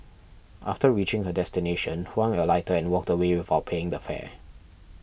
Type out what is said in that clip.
after reaching her destination Huang alighted and walked away without paying the fare